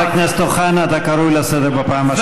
חבר הכנסת אוחנה, אתה קרוא לסדר בפעם השנייה.